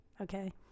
Okay